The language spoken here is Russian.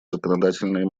законодательные